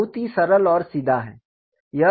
यह बहुत ही सरल और सीधा है